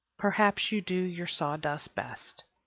perhaps you do your sawdust best.